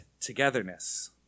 togetherness